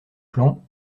plan